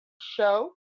show